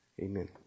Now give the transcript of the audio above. Amen